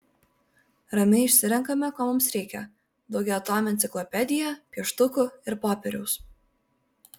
ramiai išsirenkame ko mums reikia daugiatomę enciklopediją pieštukų ir popieriaus